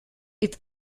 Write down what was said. est